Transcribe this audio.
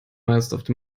meistens